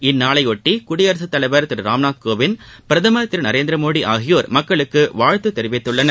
இந்நாளையொட்டி குடியரசுத் தலைவர் திரு ராம்நாத் கோவிந்த் பிரதமர் திரு நரேந்திரமோடி ஆகியோர் மக்களுக்கு வாழ்த்து தெரிவித்துள்ளனர்